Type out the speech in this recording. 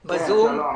ארנונה.